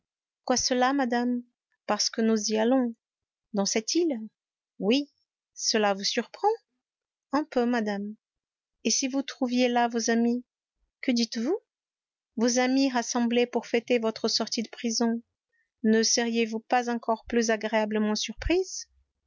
pourquoi cela madame parce que nous y allons dans cette île oui cela vous surprend un peu madame et si vous trouviez là vos amis que dites-vous vos amis rassemblés pour fêter votre sortie de prison ne seriez-vous pas encore plus agréablement surprise